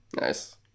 Nice